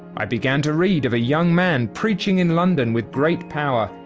i began to read of a young man, preaching in london with great power,